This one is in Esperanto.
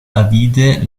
avide